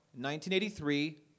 1983